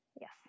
Yes